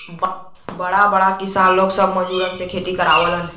बड़ा बड़ा किसान लोग सब मजूरन से खेती करावलन